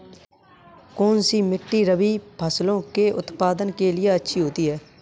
कौनसी मिट्टी रबी फसलों के उत्पादन के लिए अच्छी होती है?